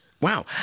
Wow